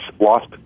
lost